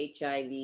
HIV